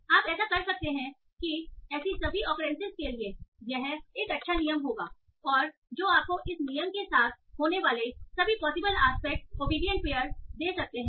और आप ऐसा कर सकते हैं कि ऐसी सभी ऑकरेंसीज के लिए यह एक अच्छा नियम होगा और जो आपको इस नियम के साथ होने वाले सभी पॉसिबल एस्पेक्ट ओबेडिएंट पेयर दे सकते हैं